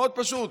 מאוד פשוט.